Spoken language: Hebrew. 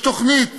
יש תוכנית